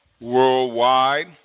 Worldwide